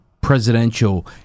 presidential